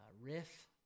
riff